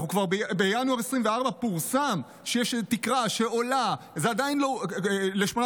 בינואר 2024 פורסם שיש תקרה שעולה ל-850,000.